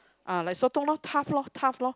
uh like sotong loh tough loh tough loh